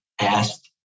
asked